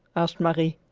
asked marie.